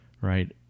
right